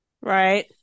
right